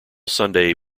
sunday